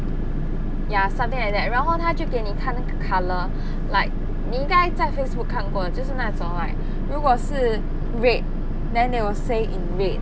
ya something like that 然后他就给你看那个的 colour like 你应该在 Facebook 看过就是那种 like 如果是 red then they will say in red